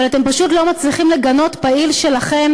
אבל אתם פשוט לא מצליחים לגנות פעיל שלכם